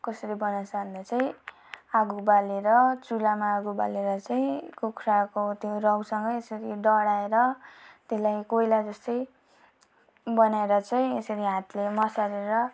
कसरी बनाउँछ भन्दा चाहिँ आगो बालेर चुल्हामा आगो बालेर चाहिँ कुखुराको त्यो रौँसँगै यसरी डढाएर त्यसलाई कोइला जस्तै बनाएर चाहिँ यसरी हातले मसारेर